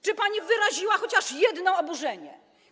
Czy pani wyraziła chociaż jeden raz oburzenie?